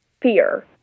fear